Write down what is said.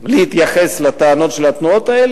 להתייחס לטענות של התנועות האלה.